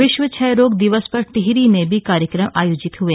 विश्व क्षय रोग दिवस पर टिहरी में भी कार्यक्रम आयोजित हए